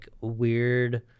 weird